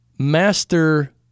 master